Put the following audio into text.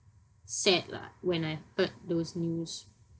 sad lah when I heard those news